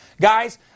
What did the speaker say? Guys